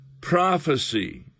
prophecy